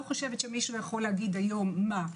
לא חושבת שמישהו יכול לומר היום מה,